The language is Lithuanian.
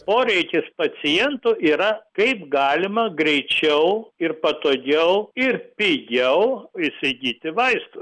poreikis pacientų yra kaip galima greičiau ir patogiau ir pigiau įsigyti vaistų